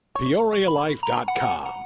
peorialife.com